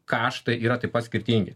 kaštai yra taip pat skirtingi